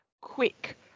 quick